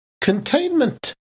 containment